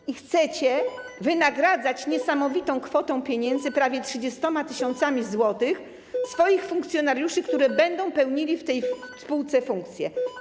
I chcecie wynagradzać niesamowitą kwotą pieniędzy - prawie 30 tys. zł - swoich funkcjonariuszy, którzy będą pełnili w tej spółce funkcje?